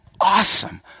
awesome